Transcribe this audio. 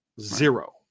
Zero